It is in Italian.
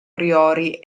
priori